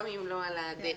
גם אם לא על הדרך.